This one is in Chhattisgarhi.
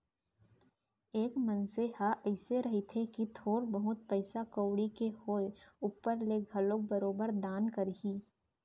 एक मनसे ह अइसे रहिथे कि थोर बहुत पइसा कउड़ी के होय ऊपर ले घलोक बरोबर दान करही